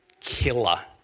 killer